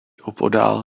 opodál